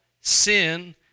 sin